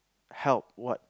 help what